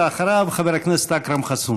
אחריו, חבר הכנסת אכרם חסון.